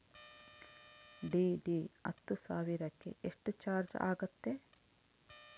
DD ಹತ್ತು ಸಾವಿರಕ್ಕೆ ಎಷ್ಟು ಚಾಜ್೯ ಆಗತ್ತೆ?